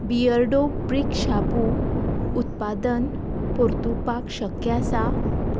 Beardo ब्रीक शाबू उत्पादन परतुपाक शक्य आसा